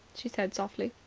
she said softly.